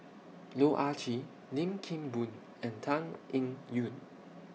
Loh Ah Chee Lim Kim Boon and Tan Eng Yoon